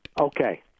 Okay